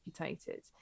amputated